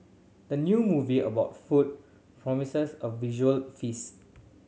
the new movie about food promises a visual feast